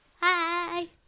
Hi